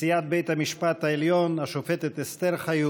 נשיאת בית המשפט העליון השופטת אסתר חיות,